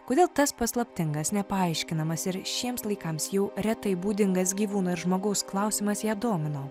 kodėl tas paslaptingas nepaaiškinamas ir šiems laikams jau retai būdingas gyvūno ir žmogaus klausimas ją domino